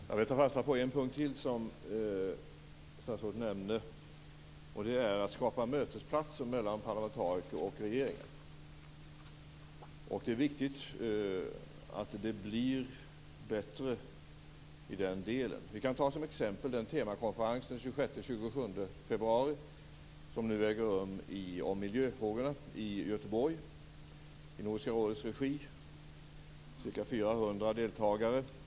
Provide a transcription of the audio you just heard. Herr talman! Jag vill ta fasta på en punkt till som statsrådet nämnde. Det gäller att skapa mötesplatser mellan parlamentariker och regeringar. Det är viktigt att det blir en förbättring i den delen. Som exempel kan vi ta den temakonferens om miljöfrågorna som äger rum i Nordiska rådets regi den 26 och 27 februari i Göteborg. Den har ca 400 deltagare.